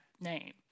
name